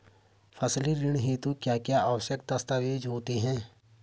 फसली ऋण हेतु क्या क्या आवश्यक दस्तावेज़ होते हैं?